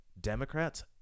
Democrats